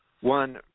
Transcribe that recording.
one